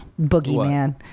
Boogeyman